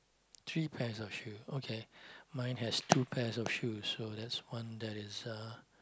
three pairs of shoe okay mine has two pairs of shoes so that's one that is uh